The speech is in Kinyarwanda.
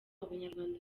abanyarwanda